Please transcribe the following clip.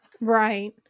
Right